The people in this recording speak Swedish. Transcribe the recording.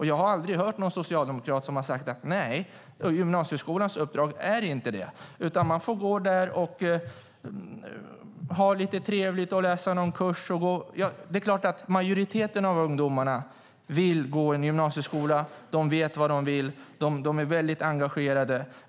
Jag har aldrig hört någon socialdemokrat som har sagt att detta inte är gymnasieskolans uppdrag utan att man kan gå där och ha lite trevligt och läsa någon kurs. Det är klart att majoriteten av ungdomarna vill gå i gymnasieskolan och vet vad de vill och är mycket engagerade.